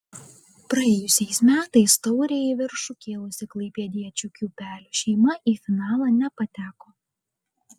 praėjusiais metais taurę į viršų kėlusi klaipėdiečių kiūpelių šeima į finalą nepateko